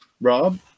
Rob